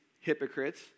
hypocrites